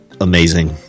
amazing